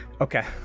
Okay